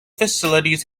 facilities